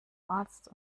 arzt